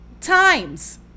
times